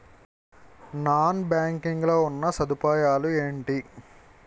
Non banking లో ఉన్నా సదుపాయాలు ఎంటి?